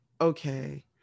okay